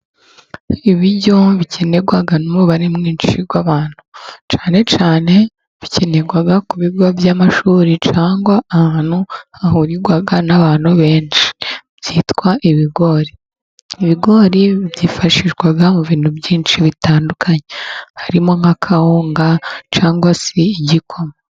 Ibiryo bikenerwa n'umubare mwinshi w'abantu, cyane cyane bikenerwa ku bigo by'amashuri, cyangwa ahantu hahurirwa n'abantu benshi byitwa ibigori. Ibigori byifashishwa mu bintu byinshi bitandukanye, harimo nka kawunga cg se igikoma.